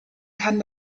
kann